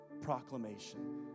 proclamation